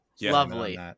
lovely